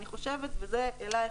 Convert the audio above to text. אני חושבת וזה אלייך,